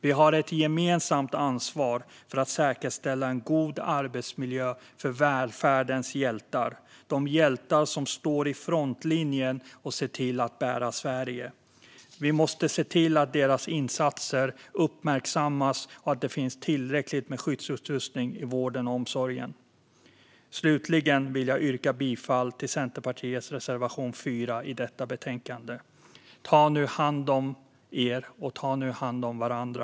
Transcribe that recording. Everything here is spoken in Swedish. Vi har ett gemensamt ansvar för att säkerställa en god arbetsmiljö för välfärdens hjältar, som står i frontlinjen och bär Sverige. Vi måste se till att deras insatser uppmärksammas och att det finns tillräckligt med skyddsutrustning i vården och omsorgen. Slutligen vill jag yrka bifall till Centerpartiets reservation 4 i betänkandet. Ta nu hand om er, och ta hand om varandra!